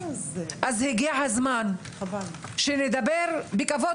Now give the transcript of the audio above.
הגיע הזמן שנדבר בכבוד,